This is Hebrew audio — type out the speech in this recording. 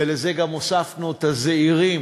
ולזה גם הוספנו את הזעירים,